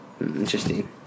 Interesting